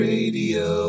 Radio